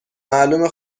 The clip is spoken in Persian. معلومه